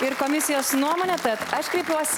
ir komisijos nuomonę tad aš kreipiuosi į